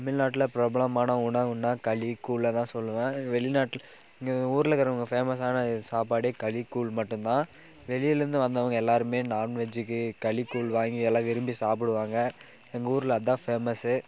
தமிழ்நாட்டில் பிரபலமான உணவுன்னா களி கூழை தான் சொல்லுவேன் வெளிநாட்டில் எங்கள் ஊரில் இருக்கிறவங்க ஃபேமஸான சாப்பாடே களி கூழ் மட்டுந்தான் வெளியிலருந்து வந்தவங்க எல்லாருமே நாண்வெஜ்ஜுக்கு களி கூழ் வாங்கி எல்லாம் விரும்பி சாப்பிடுவாங்க எங்கள் ஊரில் அதான் ஃபேமஸு